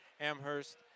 Amherst